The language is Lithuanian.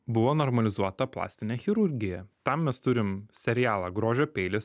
buvo normalizuota plastinė chirurgija tam mes turim serialą grožio peilis